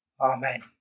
Amen